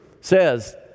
says